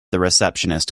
receptionist